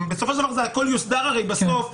הכול יוסדר הרי בסוף בהחלטה,